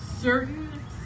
certain